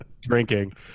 drinking